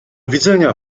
widzenia